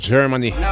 Germany